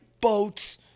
boats